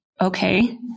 okay